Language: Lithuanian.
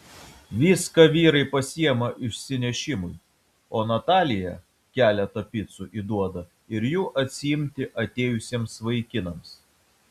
viską vyrai pasiima išsinešimui o natalija keletą picų įduoda ir jų atsiimti atėjusiems vaikinams